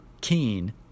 keen